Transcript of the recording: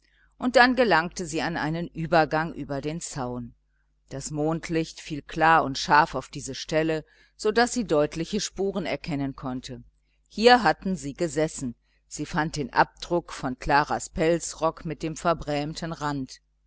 und dann gelangte sie an einen übergang über den zaun das mondlicht fiel klar und scharf auf diese stelle so daß sie deutliche spuren erkennen konnte hier hatten sie gesessen sie fand den abdruck von klaras pelzrock mit dem verbrämten rand